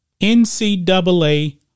NCAA